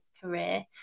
career